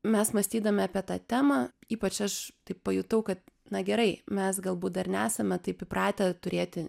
mes mąstydami apie tą temą ypač aš pajutau kad na gerai mes galbūt dar nesame taip įpratę turėti